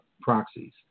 proxies